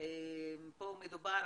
פה מדובר